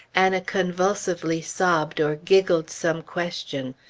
anna convulsively sobbed or giggled some question.